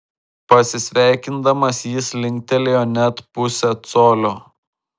pasisveikindamas jis linktelėjo net pusę colio